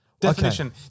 Definition